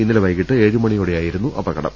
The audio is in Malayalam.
ഇന്നലെ വൈകിട്ട് ഏഴ് മണിയോടെയായിരുന്നു അപകടം